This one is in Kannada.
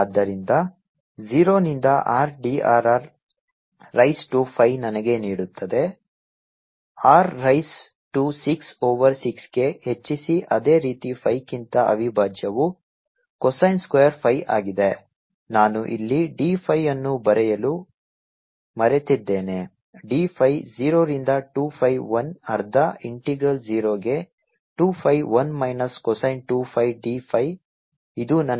dmCr5sin3cosθcos2ϕdrdθdϕ MC0Rdr r50dθθ|cosθ|02πϕdϕ ಆದ್ದರಿಂದ 0 ನಿಂದ R drr raise to phi ನನಗೆ ನೀಡುತ್ತದೆ R ರೈಸ್ ಟು 6 ಓವರ್ 6 ಗೆ ಹೆಚ್ಚಿಸಿ ಅದೇ ರೀತಿ 5 ಕ್ಕಿಂತ ಅವಿಭಾಜ್ಯವು cosine ಸ್ಕ್ವೇರ್ phi ಆಗಿದೆ ನಾನು ಇಲ್ಲಿ d phi ಅನ್ನು ಬರೆಯಲು ಮರೆತಿದ್ದೇನೆ d phi 0 ರಿಂದ 2 pi 1 ಅರ್ಧ ಇಂಟಿಗ್ರಲ್ 0 ಗೆ 2 pi 1 minus cosine 2 phi d phi ಇದು ನನಗೆ pi ಹೊರತುಪಡಿಸಿ ಏನನ್ನೂ ನೀಡುವುದಿಲ್ಲ